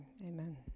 Amen